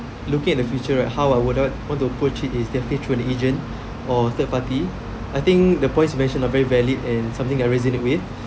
looking at the future right how I would want to approach it is definitely through an agent or third party I think the points you mentioned are very valid and something I resonate with